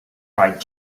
cried